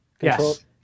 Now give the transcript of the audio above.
Yes